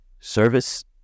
Service